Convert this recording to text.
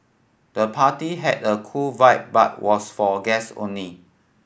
the party had a cool vibe but was for guest only